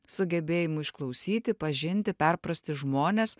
sugebėjimu išklausyti pažinti perprasti žmones